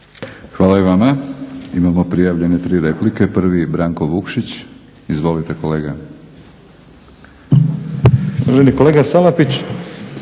Hvala i vama. Imamo prijavljene tri replike. Prvi Branko Vukšić, izvolite kolega.